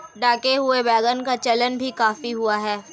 ढके हुए वैगन का चलन भी काफी हुआ था